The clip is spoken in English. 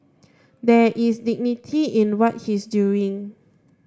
there is dignity in what he's doing